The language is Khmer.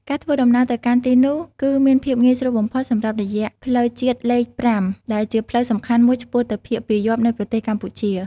ការធ្វើដំណើរទៅកាន់ទីនោះគឺមានភាពងាយស្រួលបំផុតតាមរយៈផ្លូវជាតិលេខ ៥ ដែលជាផ្លូវសំខាន់មួយឆ្ពោះទៅភាគពាយព្យនៃប្រទេសកម្ពុជា។